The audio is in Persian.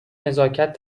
نزاکت